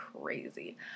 crazy